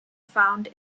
found